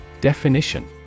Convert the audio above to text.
Definition